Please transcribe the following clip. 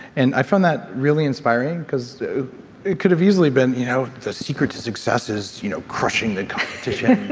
and i found that really inspiring because it could have easily been you know the secret to success is you know crushing the competition,